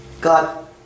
God